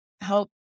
help